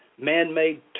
man-made